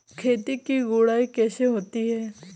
खेत की गुड़ाई कैसे होती हैं?